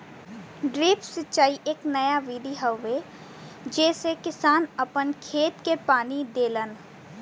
drip सिंचाई एक नया विधि हवे जेसे किसान आपन खेत के पानी देलन